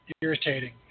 irritating